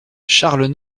charles